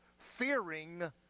fearing